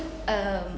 um